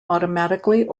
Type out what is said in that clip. automatically